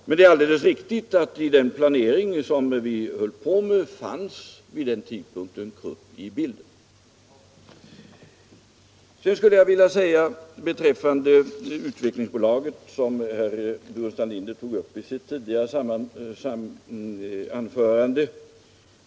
Men det är alldeles riktigt att Krupp fanns med i bilden vid den planering vi höll på med' vid den tidpunkten. Jag skulle sedan vilja säga några ord om Utvecklingsbolaget, som herr Burenstam Linder berörde i sitt tidigare anförande.